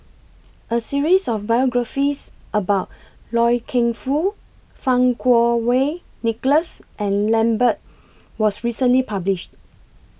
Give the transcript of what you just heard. A series of biographies about Loy Keng Foo Fang Kuo Wei Nicholas and Lambert was recently published